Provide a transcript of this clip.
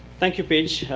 thank you, paige.